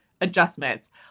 adjustments